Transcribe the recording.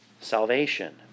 salvation